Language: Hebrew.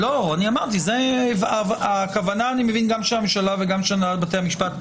אמרתי שאני מבין שזאת הכוונה גם של הממשלה וגם של הנהלת בתי המשפט,